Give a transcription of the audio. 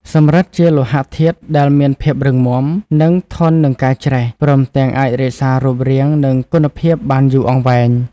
សំរឹទ្ធិជាលោហៈធាតុដែលមាន ភាពរឹងមាំ និង ធន់ នឹងការច្រេះច្រែស ព្រមទាំងអាចរក្សារូបរាង និងគុណភាពបានយូរអង្វែង។